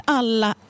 alla